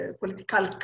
political